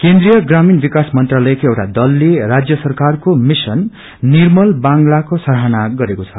केन्द्रिय प्रामीण विकास मंत्रालयको एउटा दलले राज्य सरकारको मिशन निर्मल बंगालको सराहना गरेको छ